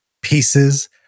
pieces